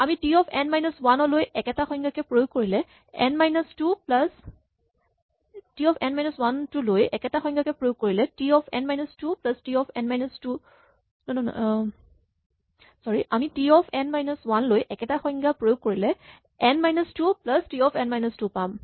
আমি t of n minus one টো লৈ একেটা সংজ্ঞা প্ৰয়োগ কৰিলে n minus two plus t of n minus two পাম